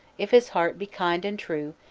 if his heart be kind and true,